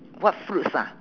what fruits ah